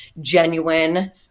genuine